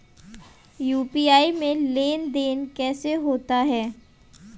UPI में लेनदेन कैसे होता है?